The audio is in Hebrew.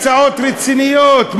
הצעות רציניות,